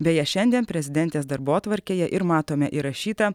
beje šiandien prezidentės darbotvarkėje ir matome įrašytą